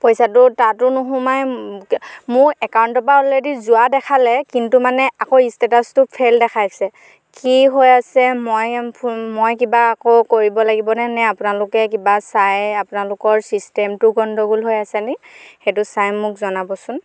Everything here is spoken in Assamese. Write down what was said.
পইচাটো তাতো নোসোমায় মোৰ একাউণ্টৰ পৰা অলৰেডী যোৱা দেখালে কিন্তু মানে আকৌ ইষ্টেটাচটো ফেল দেখাইছে কি হৈ আছে মই মই কিবা আকৌ কৰিব লাগিবনে নে আপোনালোকে কিবা চায় আপোনালোকৰ চিষ্টেমটো গণ্ডগোল হৈ আছে নেকি সেইটো চাই মোক জনাবচোন